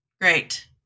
Great